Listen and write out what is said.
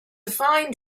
find